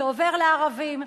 זה עובר לערבים,